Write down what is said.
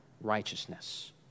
righteousness